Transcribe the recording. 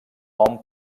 hom